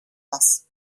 bass